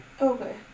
Okay